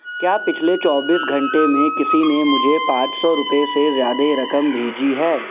کیا پچھلے چوبیس گھنٹے میں کسی نے مجھے پانچ سو روپے سے زیادے رقم بھیجی ہے